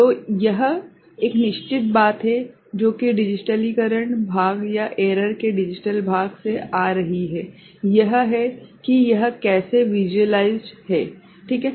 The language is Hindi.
तो यह एक निश्चित बात है जो कि डिजिटलीकरण भाग या एरर के डिजिटल भाग से आ रही है यह है कि यह कैसे विज़ुअलाइज़्ड है ठीक हैं